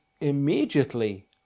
immediately